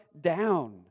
down